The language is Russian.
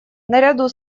наряду